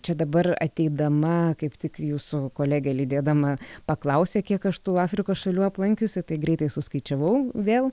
čia dabar ateidama kaip tik jūsų kolegė lydėdama paklausė kiek aš tų afrikos šalių aplankiusi tai greitai suskaičiavau vėl